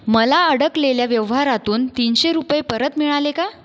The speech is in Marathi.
मला अडकलेल्या व्यवहारातून तीनशे रुपये परत मिळाले का